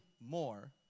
more